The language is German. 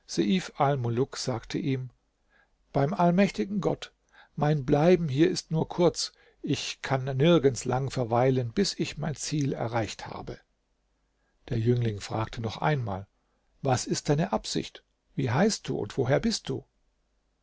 sagte ihm beim allmächtigen gott mein bleiben hier ist nur kurz ich kann nirgends lang verweilen bis ich mein ziel erreicht habe der jüngling fragte noch einmal was ist deine absicht wie heißt du und woher bist du